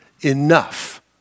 enough